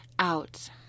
Out